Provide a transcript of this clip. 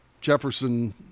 Jefferson